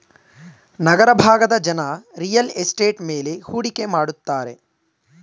ನಗರ ಭಾಗದ ಜನ real estate ಮೇಲೆ ಹೂಡಿಕೆ ಮಾಡುತ್ತಾರೆ